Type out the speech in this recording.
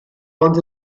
ond